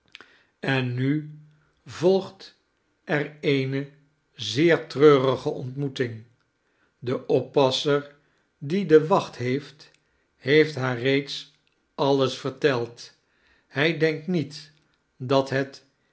en nu volgt er eene zeer treurige ontmoeting de oppasser die de wacht heeft heeft haar reeds alles verteld hij denkt niet dat het